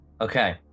Okay